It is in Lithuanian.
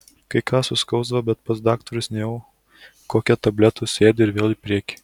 kai ką suskausdavo bet pas daktarus nėjau kokią tabletę suėdi ir vėl į priekį